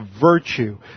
virtue